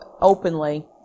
openly